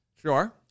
Sure